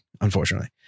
unfortunately